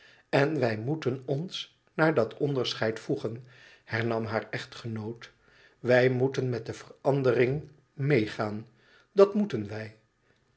n wij moeten ons naar dat onderscheid voegen hernam haar echtgenoot wij moeten met de verandering meegaan dat moeten wij